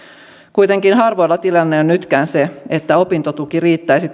kuitenkin harvoilla tilanne on nytkään se että ainoastaan opintotuki riittäisi